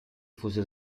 fosse